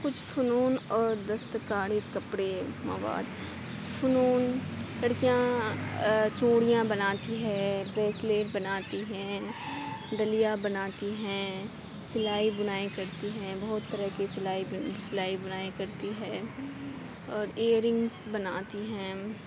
کچھ فنون اور دست کاری کپڑے مواد فنون لڑکیاں چوڑیاں بناتی ہے بریسلیٹ بناتی ہیں ڈلیا بناتی ہیں سلائی بنائی کرتی ہیں بہت طرح کے سلائی سلائی بنائی کرتی ہے اور ایئر رنگس بناتی ہیں